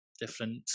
different